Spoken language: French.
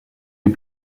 les